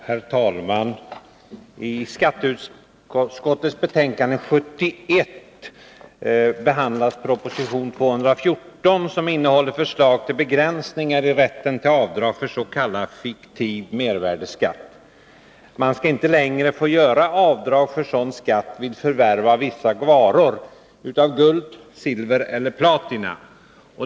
Herr talman! I skatteutskottets betänkande 71 behandlas proposition 214, skatt som innehåller förslag till begränsningar i rätten till avdrag för s.k. fiktiv mervärdeskatt. Man skall inte längre få göra avdrag för sådan skatt vid förvärv av vissa varor av guld, silver eller platina.